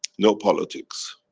no politics.